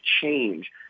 change